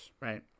Right